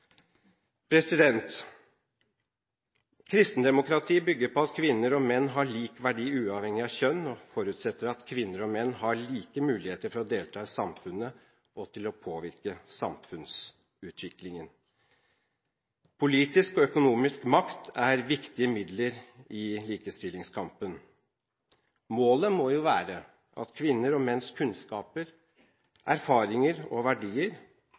bygger på at menn og kvinner har lik verdi uavhengig av kjønn, og forutsetter at kvinner og menn har like muligheter for å delta i samfunnet og til å påvirke samfunnsutviklingen. Politisk og økonomisk makt er viktige midler i likestillingskampen. Målet må jo være at kvinners og menns kunnskaper, erfaringer og verdier